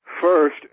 first